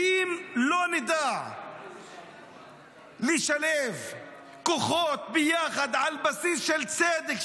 ואם לא נדע לשלב כוחות יחד על בסיס של צדק,